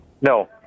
No